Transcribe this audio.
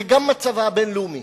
וגם מצבה הבין-לאומי.